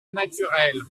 naturelle